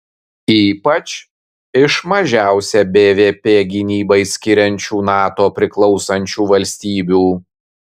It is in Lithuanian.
ypač iš mažiausią bvp gynybai skiriančių nato priklausančių valstybių